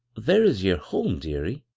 where is yer home, dearie?